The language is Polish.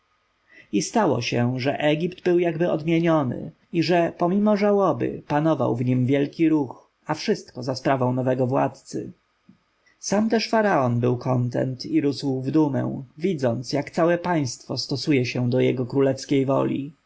stało się że egipt był jakby odmieniony i że pomimo żałoby panował w nim wielki ruch a wszystko za sprawą nowego władcy sam zaś faraon rósł w dumę widząc że całe państwo stosuje się do jego królewskiej woli